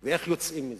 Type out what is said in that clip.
ואיך יוצאים מזה.